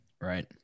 Right